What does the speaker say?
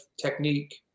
technique